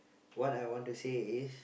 what I want to say is